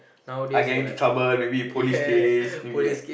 I get into trouble maybe police case maybe like